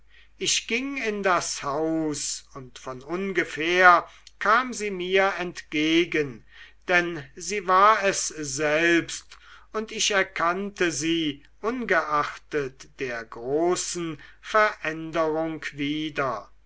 ich ging in das haus und von ungefähr kam sie mir entgegen denn sie war es selbst und ich erkannte sie ungeachtet der großen veränderung wieder